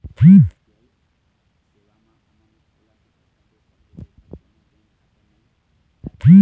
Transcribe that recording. UPI सेवा म हमन ओला भी पैसा दे सकबो जेकर कोन्हो बैंक खाता नई ऐप?